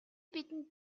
бидэнд